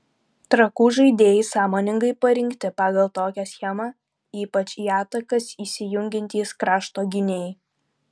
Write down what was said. trakų žaidėjai sąmoningai parinkti pagal tokią schemą ypač į atakas įsijungiantys krašto gynėjai